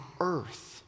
earth